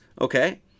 okay